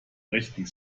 rechten